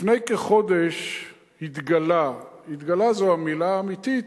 לפני כחודש התגלה, "התגלה" זו המלה האמיתית,